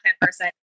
person